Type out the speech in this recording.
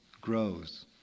grows